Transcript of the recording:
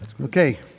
Okay